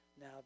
Now